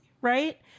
Right